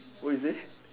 what you say